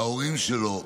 וההורים שלו,